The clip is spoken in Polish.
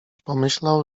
pomyślał